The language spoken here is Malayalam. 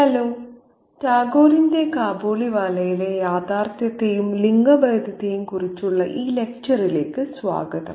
ഹലോ ടാഗോറിന്റെ കാബൂളിവാലയിലെ യാഥാർഥ്യത്തെയും ലിംഗഭേദത്തെയും കുറിച്ചുള്ള ഈ ലെക്ച്ചറിലേക്ക് സ്വാഗതം